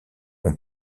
ont